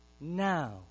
now